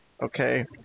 okay